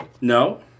No